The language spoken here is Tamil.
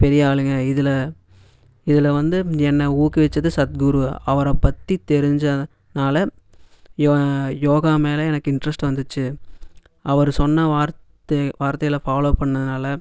பெரிய ஆளுங்கள் இதில் இதில் வந்து என்ன ஊக்கவிச்சது சத்குரு அவரை பற்றி தெரிஞ்சானால யோ யோகா மேலே எனக்கு இன்ட்ரெஸ்ட் வந்துச்சு அவர் சொன்ன வார்த்தை வார்த்தைகளை ஃபாலோ பண்ணதுனால